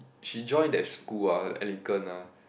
she join that school ah the Anglican ah